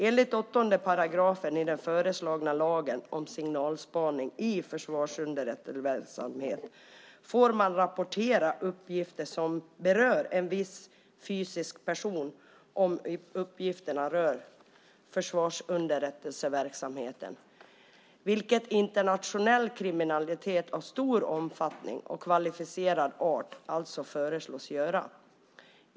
Enligt 8 § i den föreslagna lagen om signalspaning i försvarsunderrättelseverksamheten får man rapportera uppgifter som berör en viss fysisk person om uppgifterna rör försvarsunderrättelseverksamheten, vilket internationell kriminalitet av stor omfattning och kvalificerad art alltså föreslås göra.